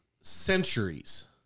centuries